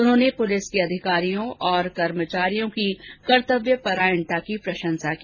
उन्होंने पुलिस के अधिकारियों और कर्मचारियों की परायणता की प्रशंसा की